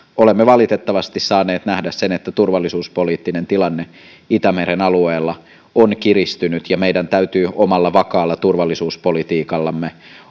olemme valitettavasti saaneet nähdä sen että turvallisuuspoliittinen tilanne itämeren alueella on kiristynyt ja meidän täytyy omalla vakaalla turvallisuuspolitiikallamme